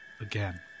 again